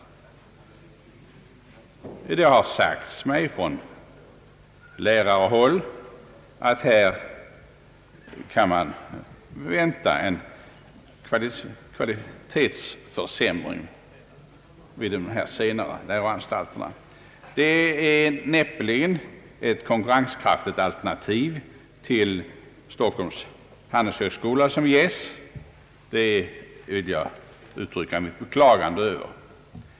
Det har sagts mig från lärarhåll att man kan vänta en kvalitetsförsämring vid de sistnämnda läroanstalterna. Det är näppeligen ett konkurrenskraftigt alternativ till Stockholms handelshögskola som här ges, vilket jag vill uttrycka mitt beklagande över.